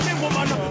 woman